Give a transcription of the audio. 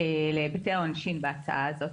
להיבטי העונשין בהצעה הזאת.